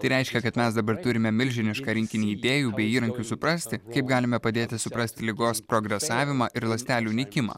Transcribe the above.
tai reiškia kad mes dabar turime milžinišką rinkinį idėjų bei įrankių suprasti kaip galime padėti suprasti ligos progresavimą ir ląstelių nykimą